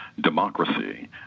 Democracy